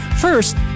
First